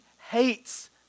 hates